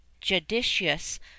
judicious